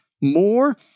more